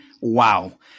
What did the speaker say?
Wow